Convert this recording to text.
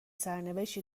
سرنوشتی